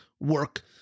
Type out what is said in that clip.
work